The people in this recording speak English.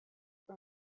from